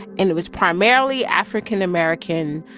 and it was primarily african american,